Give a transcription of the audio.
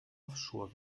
offshore